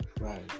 Right